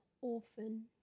Orphan